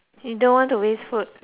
you don't want to waste food